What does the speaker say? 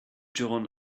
john